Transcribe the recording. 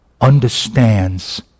understands